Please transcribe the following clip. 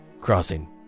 crossing